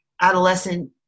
adolescent